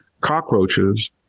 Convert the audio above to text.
cockroaches